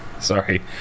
Sorry